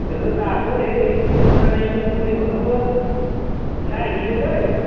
बेखौ जानोसै मोसानाय मुसुरनायफोरखौबो नायहैनो दै